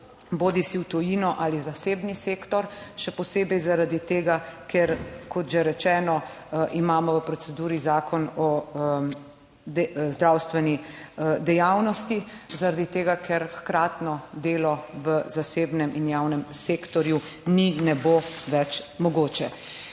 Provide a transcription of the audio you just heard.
bodisi v tujino bodisi v zasebni sektor. Še posebej zaradi tega, ker kot že rečeno, imamo v proceduri zakon o zdravstveni dejavnosti, zaradi tega ker hkratno delo v zasebnem in javnem sektorju ne bo več mogoče.